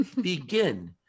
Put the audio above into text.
begin